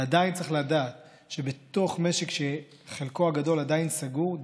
ועדיין צריך לדעת שבתוך משק שחלקו הגדול עדיין סגור,